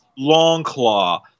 Longclaw